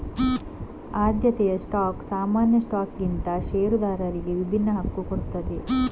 ಆದ್ಯತೆಯ ಸ್ಟಾಕ್ ಸಾಮಾನ್ಯ ಸ್ಟಾಕ್ಗಿಂತ ಷೇರುದಾರರಿಗೆ ವಿಭಿನ್ನ ಹಕ್ಕು ಕೊಡ್ತದೆ